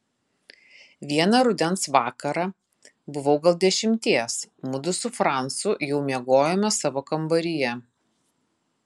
vieną rudens vakarą buvau gal dešimties mudu su francu jau miegojome savo kambaryje